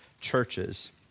churches